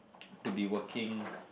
to be working